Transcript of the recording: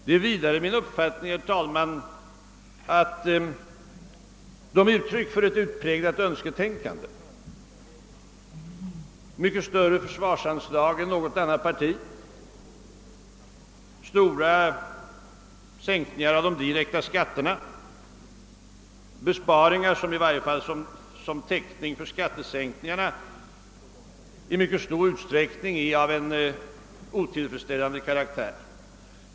Det är vidare min uppfattning, herr talman, att de är uttryck för ett utpräglat önsketänkande. Högern vill ha mycket större försvarsanslag än något annat parti, vill ha stora sänkningar av de direkta skatterna och föreslår besparingar som i varje fall som täckning för skattesänkningarna i mycket stor utsträckning är av otillfredsställande karaktär.